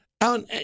Alan